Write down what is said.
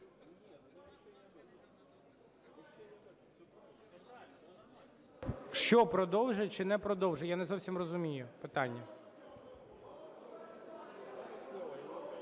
Що, продовжити чи не продовжити? Я не зовсім розумію питання.